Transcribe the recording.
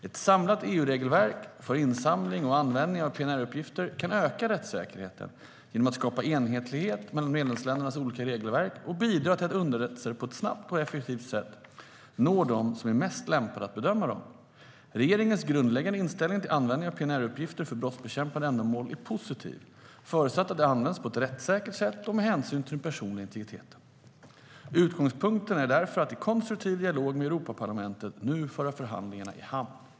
Ett samlat EU-regelverk för insamling och användning av PNR-uppgifter kan öka rättssäkerheten genom att skapa enhetlighet mellan medlemsländernas olika regelverk och bidra till att underrättelser på ett snabbt och effektivt sätt når dem som är mest lämpade att bedöma dem. Regeringens grundläggande inställning till användning av PNR-uppgifter för brottsbekämpande ändamål är positiv, förutsatt att de används på ett rättssäkert sätt och med hänsyn till den personliga integriteten. Utgångspunkten är därför att i konstruktiv dialog med Europaparlamentet nu föra förhandlingarna i hamn.